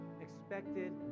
expected